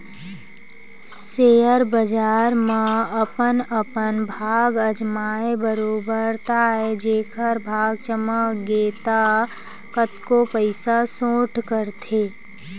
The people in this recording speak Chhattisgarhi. सेयर बजार म अपन अपन भाग अजमाय बरोबर ताय जेखर भाग चमक गे ता कतको पइसा सोट डरथे